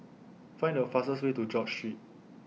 Find The fastest Way to George Street